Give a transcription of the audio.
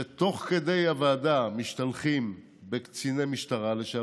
שתוך כדי הוועדה משתלחים בקציני משטרה לשעבר,